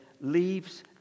leaves